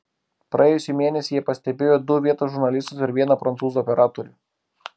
praėjusį mėnesį jie pastebėjo du vietos žurnalistus ir vieną prancūzų operatorių